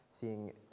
seeing